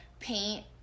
paint